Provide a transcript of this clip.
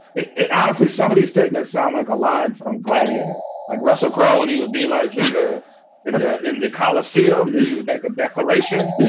it it honestly, some of these statements sound like a line from gladiator, like russell crowe. and he would be like in the in the coliseum. he would make a declaration